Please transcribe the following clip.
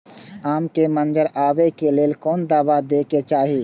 आम के मंजर आबे के लेल कोन दवा दे के चाही?